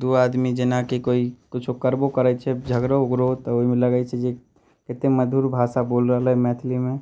दू आदमी जेना कि कोइ किछु करबो करै छै झगड़ो उगड़ो तऽ ओहिमे लगै छै जे कतेक मधुर भाषा बोलि रहलै हइ मैथिलीमे